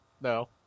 No